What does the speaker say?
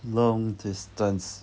long distance